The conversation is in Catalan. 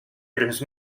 tres